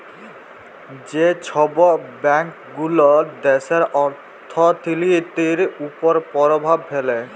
যে ছব ব্যাংকগুলা দ্যাশের অথ্থলিতির উপর পরভাব ফেলে